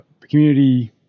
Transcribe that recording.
Community